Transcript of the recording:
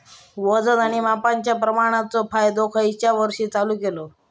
वजन आणि मापांच्या प्रमाणाचो कायदो खयच्या वर्षी चालू केलो?